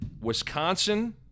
Wisconsin